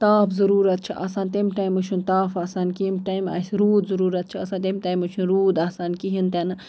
تاپھ ضروٗرت چھُ آسان تَمہِ ٹایمہِ چھُ نہٕ تاپھ آسان کیٚنٛہہ ییٚمہِ ٹایمہٕ اَسہِ روٗد ضروٗرت چھُ آسان تمہِ ٹایمہٕ چھُنہٕ روٗد آسان کِہیٖنٛۍ تہِ نہٕ